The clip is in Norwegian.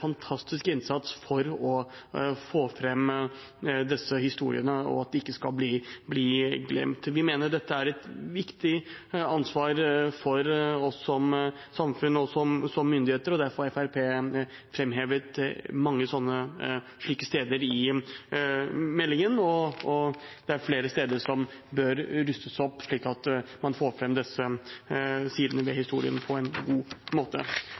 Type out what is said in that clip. fantastisk innsats for å få fram disse historiene, slik at de ikke skal bli glemt. Vi mener dette er et viktig ansvar for oss som samfunn og som myndigheter. Derfor har Fremskrittspartiet framhevet mange slike steder i innstillingen. Det er flere steder som bør rustes opp, slik at vi kan få fram disse historiene på en god måte.